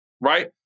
right